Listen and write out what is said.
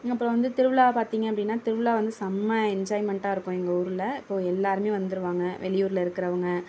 அப்றம் வந்து திருவிழா பார்த்திங்க அப்படினா திருவிழா வந்து செம்ம என்ஜாய்மெண்ட்டாக இருக்கும் எங்கள் ஊரில் இப்போது எல்லோருமே வந்துடுவாங்க வெளியூரில் இருக்கிறவங்க